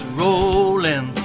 rolling